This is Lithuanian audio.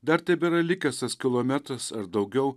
dar tebėra likęs tas kilometras ar daugiau